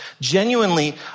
genuinely